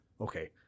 okay